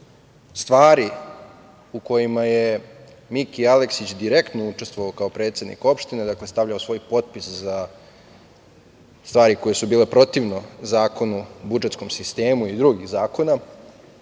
stvari u kojima je Miki Aleksić direktno učestvovao kao predsednik opštine, dakle stavljao svoj potpis za stvari koje su bile protivne Zakonu o budžetskom sistemu i drugim zakonima,